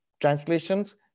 Translations